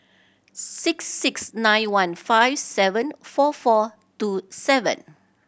six six nine one five seven four four two seven